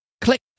Click